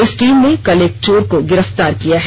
इस टीम ने कल एक चोर को गिरफ्तार किया है